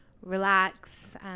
relax